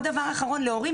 להורים